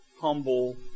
humble